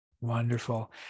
Wonderful